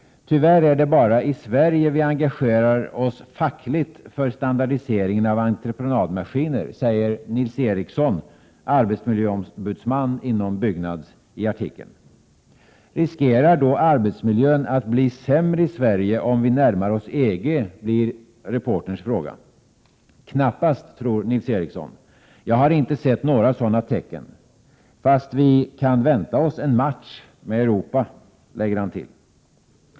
Tyvärr är det bara i Sverige vi engagerar oss fackligt för standardiseringen av entreprenadmaskiner, säger Nils Ericsson, arbetsmiljöombudsman inom Byggnads, i artikeln. Riskerar då arbetsmiljön att bli sämre i Sverige, om vi närmar oss EG, blir reporterns fråga. ”Knappast”, tror Nils Ericsson. ”Jag har inte sett några sådana tecken. Fast vi kan vänta oss en match med Europa”, lägger han till.